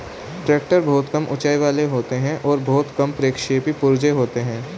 tractor बहुत कम ऊँचाई वाले होते हैं और बहुत कम प्रक्षेपी पुर्जे होते हैं